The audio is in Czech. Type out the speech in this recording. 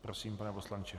Prosím, pane poslanče.